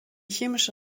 chemische